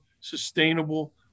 sustainable